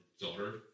daughter